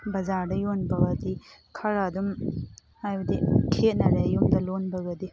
ꯕꯖꯥꯔꯗ ꯌꯣꯟꯕꯒꯗꯤ ꯈꯔ ꯑꯗꯨꯝ ꯍꯥꯏꯕꯗꯤ ꯈꯦꯠꯅꯔꯦ ꯌꯨꯝꯗ ꯂꯣꯟꯕꯒꯗꯤ